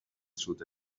through